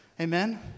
amen